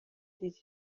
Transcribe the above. دیدی